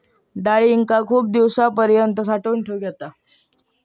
डाळींका खूप दिवसांपर्यंत साठवून ठेवक येता